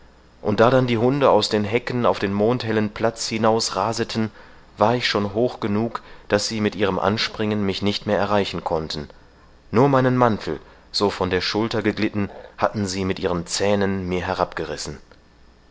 und da dann die hunde aus den hecken auf den mondhellen platz hinaus raseten war ich schon hoch genug daß sie mit ihrem anspringen mich nicht mehr erreichen konnten nur meinen mantel so von der schulter geglitten hatten sie mit ihren zähnen mir